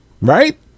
Right